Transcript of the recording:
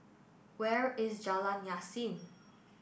where is Jalan Yasin